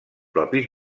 propis